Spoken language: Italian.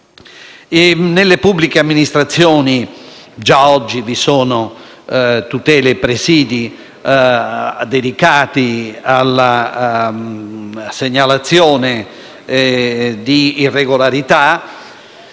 Nelle pubbliche amministrazioni già oggi vi sono tutele e presidi dedicati alla segnalazione di irregolarità.